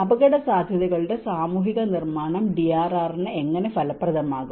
അപകടസാധ്യതകളുടെ സാമൂഹിക നിർമ്മാണം DRR ന് എങ്ങനെ ഫലപ്രദമാകും